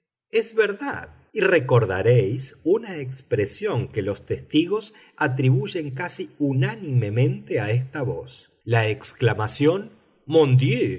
es verdad y recordaréis una expresión que los testigos atribuyen casi unánimemente a esta voz la exclamación